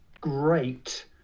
great